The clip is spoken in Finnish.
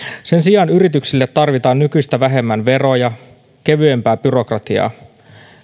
sen sijaan yrityksille tarvitaan nykyistä vähemmän veroja kevyempää byrokratiaa